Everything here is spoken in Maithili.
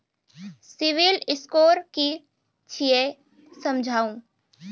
सिविल स्कोर कि छियै समझाऊ?